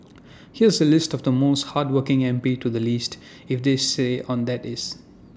here's A list of the most hardworking M P to the least if they stay on that is